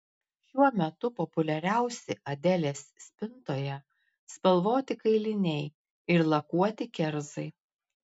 šiuo metu populiariausi adelės spintoje spalvoti kailiniai ir lakuoti kerzai